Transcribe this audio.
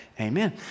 amen